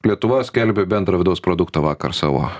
lietuva skelbė bendrą vidaus produktą vakar savo